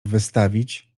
wystawić